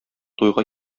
туйга